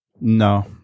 No